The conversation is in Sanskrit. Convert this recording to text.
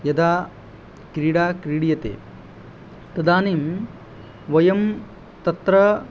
यदा क्रीडा क्रीड्यते तदानीं वयं तत्र